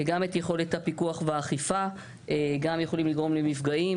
גם את יכולת הפיקוח והאכיפה וגם יכולים לגרום למפגעים